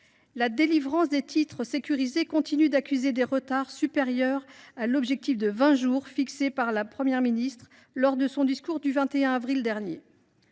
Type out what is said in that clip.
La délivrance des titres sécurisés continue d’accuser des retards considérables : l’objectif de vingt jours de délai moyen fixé par la Première ministre lors de son discours du 21 avril dernier